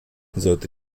sollte